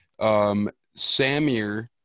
Samir